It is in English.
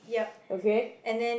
okay